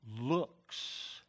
looks